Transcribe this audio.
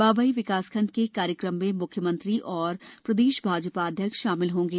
बाबई विकासखंड के कार्यक्रम में शामिल मुख्यमंत्री और प्रदेश भाजपा अध्यक्ष शामिल होंगे